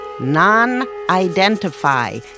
Non-identify